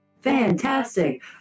Fantastic